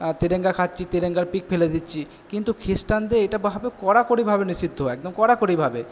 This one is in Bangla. তেরেঙ্গা খাচ্ছি তেরেঙ্গার পিক ফেলে দিচ্ছি কিন্তু খ্রিস্টানদের এটাভাবে কড়াকড়িভাবে নিষিদ্ধ একদম কড়াকড়িভাবে